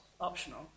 optional